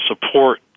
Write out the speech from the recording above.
support